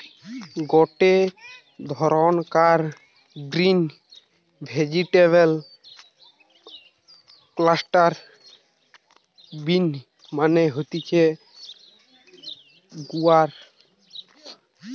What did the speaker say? গটে ধরণকার green vegetable cluster bean মানে হতিছে গুয়ার